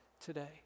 today